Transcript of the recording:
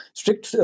strict